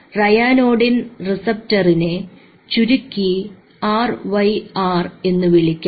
ryanodine റിസപ്റ്ററിനെ ചുരുക്കി RYR എന്നുവിളിക്കാം